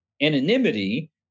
Anonymity